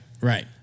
Right